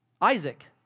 Isaac